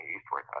eastward